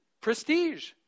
prestige